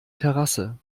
terrasse